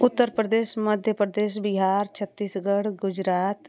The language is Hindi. उत्तर प्रदेश मध्य प्रदेश बिहार छत्तीसगढ़ गुजरात